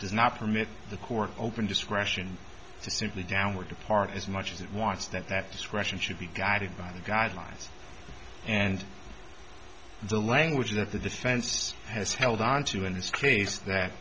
does not permit the court open discretion to simply downward depart as much as it wants that that discretion should be guided by the guidelines and the language that the defense has held onto in this case that